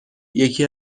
یکی